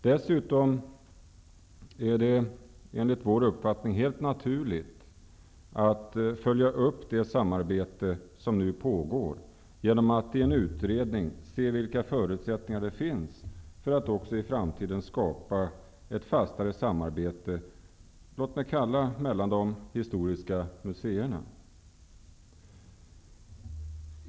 Dessutom är det enligt vår uppfattning helt naturligt att följa upp det samarbete som nu pågår genom att i en utredning se vilka förutsättningar som finns för att man också i framtiden skall skapa ett fastare samarbete mellan, låt mig kalla dem, de historiska museerna.